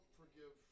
forgive